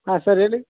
ಹಾಂ ಸರ್ ಹೇಳಿ